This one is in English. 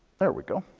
there we go.